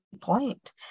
point